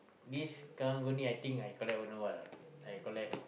this karang-guni I think I collect don't know what or not I collect